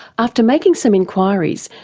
after making some enquiries,